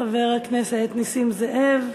חבר הכנסת נסים זאב.